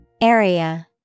Area